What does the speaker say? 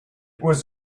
was